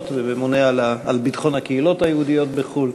הממונה על ביטחון הקהילות היהודיות בחו"ל.